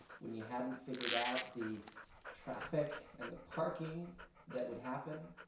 when you hadn't figured out the traffic and the parking that would happen,